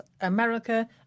America